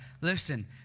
Listen